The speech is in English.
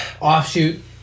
offshoot